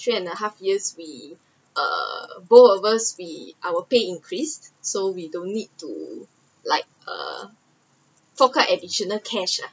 three and a half years we err both of us we our pay increase so we don‘t need to like err fork out additional cash lah